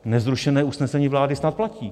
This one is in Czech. Nezrušené usnesení vlády snad platí.